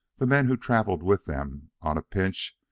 the men who travelled with them, on a pinch,